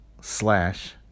slash